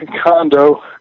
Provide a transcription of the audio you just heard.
condo